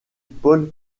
paul